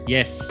Yes